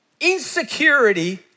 Insecurity